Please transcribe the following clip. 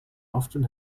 often